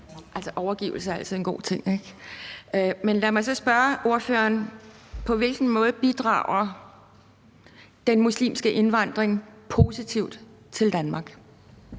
overgivelse er altid en god ting. Men lad mig så spørge ordføreren: På hvilken måde bidrager den muslimske indvandring positivt til Danmark?